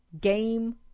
game